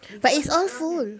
you got a lot around there